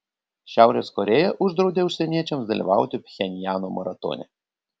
šiaurės korėja uždraudė užsieniečiams dalyvauti pchenjano maratone